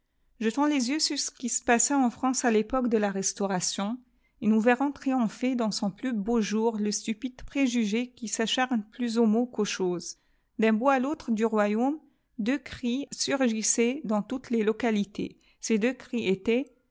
jetons les yeux sur ce qui se pas en france à l'époque de la restauration et nous verrons triompher dans son plus beau jour le stupide préjugé qui s'acharne plus aux mots qu'aûl choses d'un bout à lautre du royaqme deux cris surgissaient dans toutes les localités ces deux cris